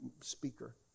speaker